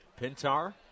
Pintar